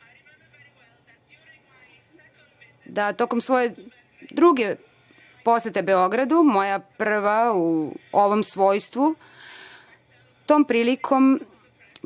da tokom svoje druge posete Beogradu, moja prva u ovom svojstvu, tom prilikom